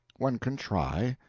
one can try,